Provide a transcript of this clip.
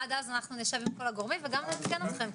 עד אז אנחנו נשב עם כל הגורמים וגם נעדכן אתכם.